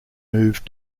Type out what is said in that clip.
moved